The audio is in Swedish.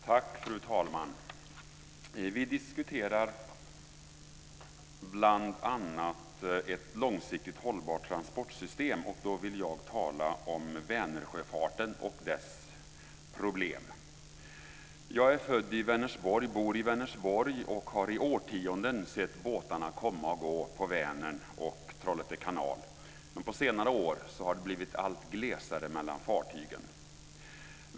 Fru talman! Vi diskuterar bl.a. ett långsiktigt hållbart transportsystem, och då vill jag tala om Vänersjöfarten och dess problem. Jag är född i Vänersborg och bor där, och jag har i årtionden sett båtarna komma och gå på Vänern och Trollhätte kanal. Men på senare år har det blivit allt glesare mellan fartygen.